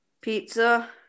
pizza